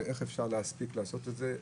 ואיך אפשר להספיק לעשות את זה,